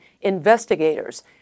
investigators